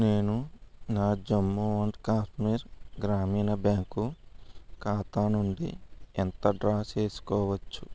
నేను నా జమ్ము అండ్ కాశ్మీర్ గ్రామీణ బ్యాంకు ఖాతా నుండి ఎంత డ్రా చేసుకోవచ్చు